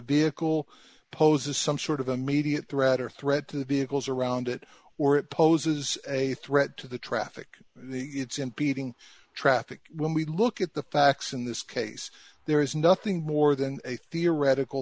vehicle poses some sort of immediate threat or threat to the vehicles around it or it poses a threat to the traffic the it's impeding traffic when we look at the facts in this case there is nothing more than a theoretical